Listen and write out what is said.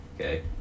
Okay